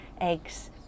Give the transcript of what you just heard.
eggs